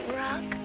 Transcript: rock